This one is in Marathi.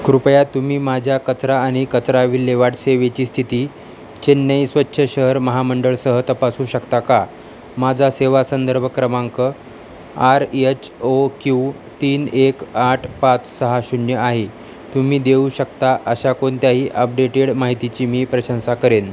कृपया तुम्ही माझ्या कचरा आणि कचरा विल्हेवाट सेवेची स्थिती चेन्नई स्वच्छ शहर महामंडळ सह तपासू शकता का माझा सेवा संदर्भ क्रमांक आर यच ओ क्यू तीन एक आठ पाच सहा शून्य आहे तुम्ही देऊ शकता अशा कोणत्याही अपडेटेड माहितीची मी प्रशंसा करेन